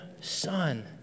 son